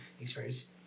experience—